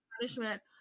punishment